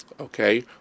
okay